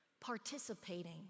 participating